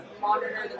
monitor